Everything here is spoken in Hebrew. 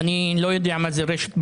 אני לא יודע מה זה רשת ביטחון.